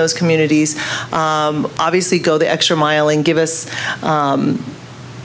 those communities obviously go the extra mile and give us